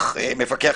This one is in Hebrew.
המפקח